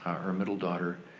our middle daughter,